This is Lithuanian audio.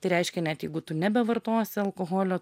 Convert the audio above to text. tai reiškia net jeigu tu nebevartosi alkoholio